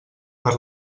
per